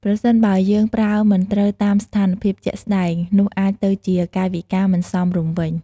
ប្រសិនបើយើងប្រើមិនត្រូវតាមស្ថានភាពជាក់ស្តែង នោះអាចទៅជាកាយវិការមិនសមរម្យវិញ ។